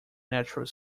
natural